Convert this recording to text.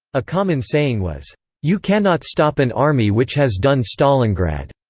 a common saying was you cannot stop an army which has done stalingrad.